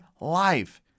life